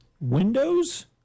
Windows